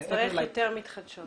נצטרך יותר מתחדשות.